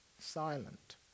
silent